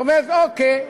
זאת אומרת, אוקיי,